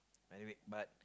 anyway but